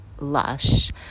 lush